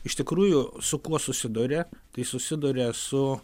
iš tikrųjų su kuo susiduria tai susiduria su